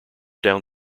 down